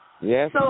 Yes